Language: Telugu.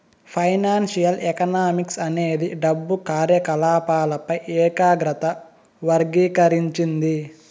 ఫైనాన్సియల్ ఎకనామిక్స్ అనేది డబ్బు కార్యకాలపాలపై ఏకాగ్రత వర్గీకరించింది